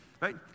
Right